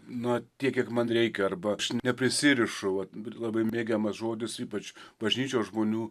na tiek kiek man reikia arba aš neprisirišu vat bet labai mėgiamas žodis ypač bažnyčios žmonių